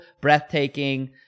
breathtaking –